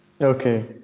Okay